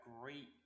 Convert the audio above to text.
great